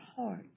heart